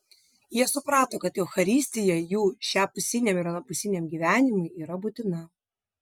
jie suprato kad eucharistija jų šiapusiniam ir anapusiniam gyvenimui yra būtina